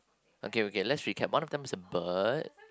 okay okay let's recap one of them is a bird